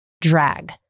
drag